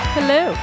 Hello